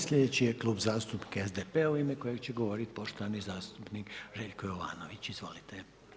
Slijedeći je Klub zastupnika SDP-a u ime kojeg će govoriti poštovani zastupnik Željko Jovanović, izvolite.